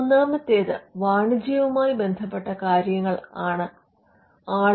മൂന്നാമത്തേത് വാണിജ്യവുമായി ബന്ധപ്പെട്ട കാരണങ്ങളായിരിക്കാം